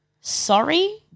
Sorry